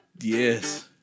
Yes